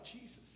Jesus